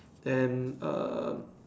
and um